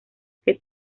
que